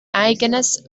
eigenes